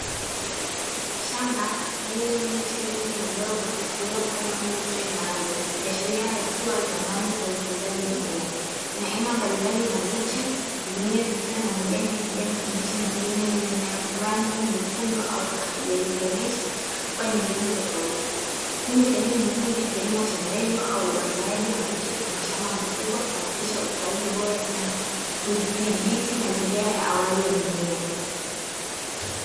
Shamba lenye miche mingi midogo iliyopandwa kwenye trei maalumu, ikiashiria hatua za mwanzo za ukuzaji mimea. Kuna aina mbalimbali za miche zingine zikiwa na majani ya kijani kibichi na zingine zenye rangi nyekundu au kahawia, zikionyesha kuwa ni mbegu tofauti. Hii ni sehemu muhimu ya kilimo cha mbegu au uandaaji wa miche kwa mashamba makubwa kuhakikisha ukuaji bora na kudhibiti mazingira ya awali ya mimea.